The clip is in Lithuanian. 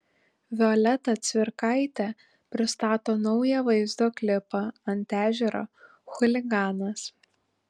violeta cvirkaitė pristato naują vaizdo klipą ant ežero chuliganas